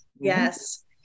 Yes